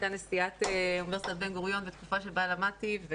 היא הייתה נשיאת אוניברסיטת בן גוריון בתקופה שבה למדתי,